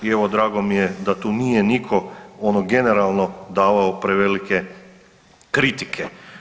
I evo drago mi je da tu nije nitko, ono generalno davao prevelike kritike.